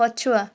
ପଛୁଆ